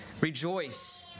rejoice